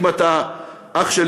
אם אתה אח שלי,